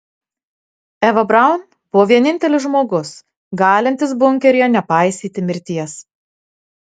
eva braun buvo vienintelis žmogus galintis bunkeryje nepaisyti mirties